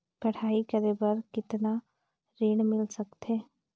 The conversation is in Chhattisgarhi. पढ़ाई करे बार कितन ऋण मिल सकथे?